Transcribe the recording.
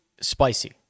spicy